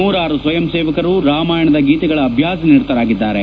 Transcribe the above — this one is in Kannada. ನೂರಾರು ಸ್ವಯಂಸೇವಕರು ರಾಮಾಯಣದ ಗೀತೆಗಳ ಅಭ್ಯಾಸನಿರತರಾಗಿದ್ದಾರೆ